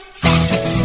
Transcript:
fast